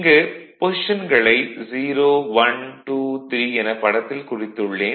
இங்கு பொஷிசன்களை 0 1 2 3 என படத்தில் குறித்துள்ளேன்